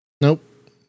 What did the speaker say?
Nope